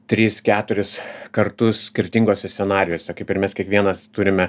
tris keturis kartus skirtinguose scenarijuose kaip ir mes kiekvienas turime